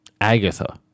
Agatha